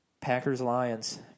Packers-Lions